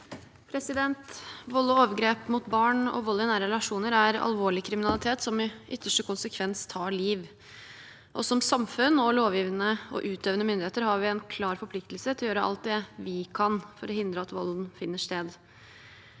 Vold og overgrep mot barn og vold i nære relasjoner er alvorlig kriminalitet som i ytterste konsekvens tar liv. Som samfunn, og som lovgivende og utøvende myndigheter, har vi en klar forpliktelse til å gjøre alt det vi kan for hindre at volden finner sted.